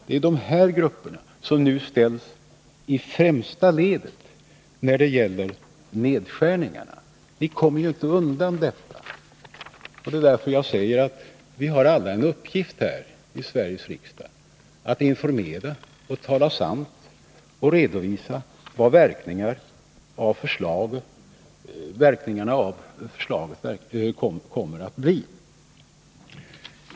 Det är de här grupperna som nu ställs i främsta ledet när det gäller nedskärningarna. Ni kommer inte undan detta. Det är därför jag säger att vi alla här i Sveriges riksdag har en uppgift att informera, tala sant och redovisa vilka verkningarna av förslaget kommer att bli.